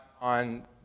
on